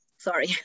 Sorry